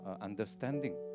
understanding